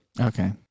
Okay